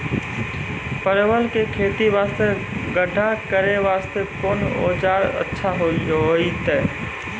परवल के खेती वास्ते गड्ढा करे वास्ते कोंन औजार अच्छा होइतै?